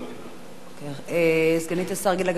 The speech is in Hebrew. סגנית השר גילה גמליאל, מה הצעתך?